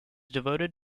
devoted